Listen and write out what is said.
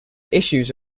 issues